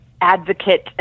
advocate